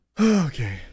Okay